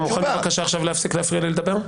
אתה מוכן בבקשה עכשיו להפסיק להפריע לי לדבר?